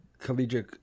collegiate